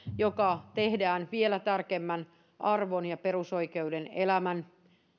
joka tehdään vielä tärkeämmän arvon ja perusoikeuden elämän